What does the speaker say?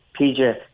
PJ